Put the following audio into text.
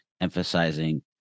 emphasizing